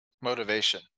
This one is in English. motivation